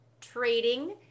trading